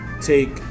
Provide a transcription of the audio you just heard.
take